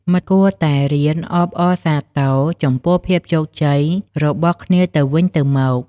មិត្តគួរតែរៀនអបអរសាទរចំពោះភាពជោគជ័យរបស់គ្នាទៅវិញទៅមក។